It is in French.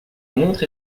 montre